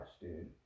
dude